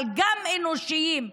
אבל גם אנושיים,